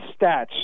stats